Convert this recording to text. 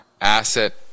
asset